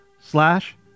slash